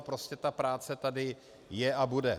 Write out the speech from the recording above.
Prostě ta práce tady je a bude.